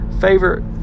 favorite